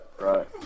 right